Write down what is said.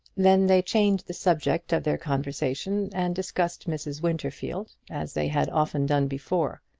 then they changed the subject of their conversation, and discussed mrs. winterfield, as they had often done before.